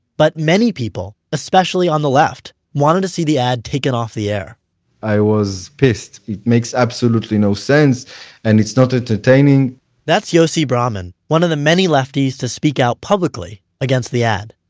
but many people, especially on the left, wanted to see the ad taken off the air i was pissed. it makes absolutely no sense and it's not entertaining that's yossi brauman, one of the many lefties to speak out publicly against the ad.